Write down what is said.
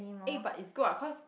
eh but is good what cause